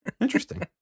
Interesting